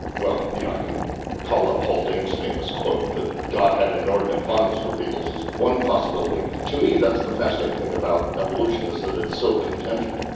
you know i can call up haldane's famous quote, that god had an inordinate fondness for beetles, is one possibility. to me that's the fascinating thing about evolution is that it's so contingent.